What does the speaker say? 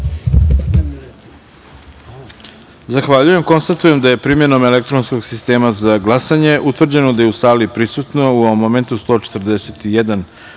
jedinice. Konstatujem da je, primenom elektronskog sistema za glasanje utvrđeno da je u sali prisutno u ovom momentu 141